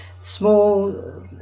small